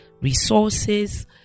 resources